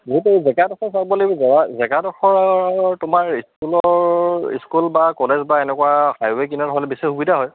যিহেতু জেগা এডোখৰ চাব লাগিব জে জেগাডোখৰ তোমাৰ স্কুলৰ স্কুল বা কলেজ বা এনেকুৱা হাইৱে কিনাৰত হ'লে বেছি সুবিধা হয়